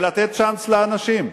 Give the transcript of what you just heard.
ולתת צ'אנס לאנשים,